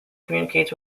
communicates